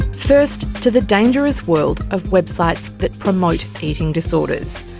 first, to the dangerous world of websites that promote eating disorders.